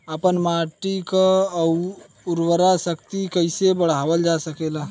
आपन माटी क उर्वरा शक्ति कइसे बढ़ावल जा सकेला?